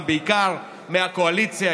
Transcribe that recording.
בעיקר מהקואליציה,